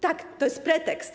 Tak, to jest pretekst.